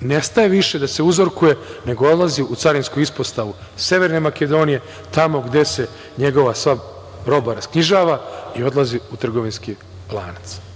ne staje više da se uzorkuje, nego odlazi u carinsku uspostavu Severne Makedonije, tamo gde se njegova sva roba rasknjižava i odlazi u trgovinski lanac. Da